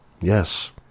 Yes